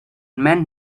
meant